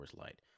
Light